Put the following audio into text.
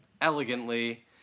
elegantly